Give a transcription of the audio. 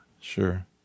Sure